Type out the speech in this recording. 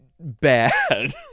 Bad